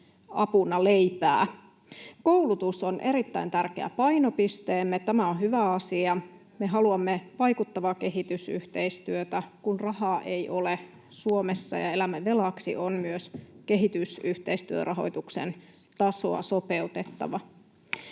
apuna leipää. Koulutus on erittäin tärkeä painopisteemme, tämä on hyvä asia. Me haluamme vaikuttavaa kehitysyhteistyötä. Kun rahaa ei ole Suomessa ja elämme velaksi, on myös kehitysyhteistyörahoituksen tasoa sopeutettava.